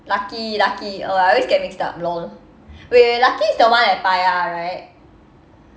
lucky lucky oh I always get mixed up lol wait wait lucky is the one at paya right